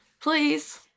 please